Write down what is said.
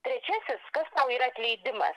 trečiasis kas tau yra atleidimas